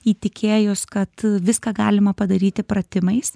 įtikėjus kad viską galima padaryti pratimais